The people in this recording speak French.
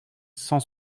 cent